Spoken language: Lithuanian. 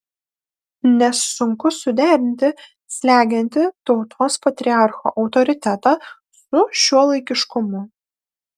nes sunku suderinti slegiantį tautos patriarcho autoritetą su šiuolaikiškumu